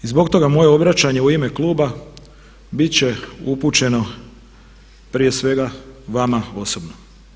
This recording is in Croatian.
I zbog toga moje obraćanje u ime kluba bit će upućeno prije svega vama osobno.